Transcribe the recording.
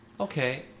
Okay